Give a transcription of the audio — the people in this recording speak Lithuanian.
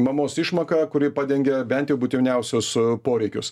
mamos išmoką kuri padengia bent jau būtiniausius poreikius